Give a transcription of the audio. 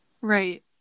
Right